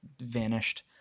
vanished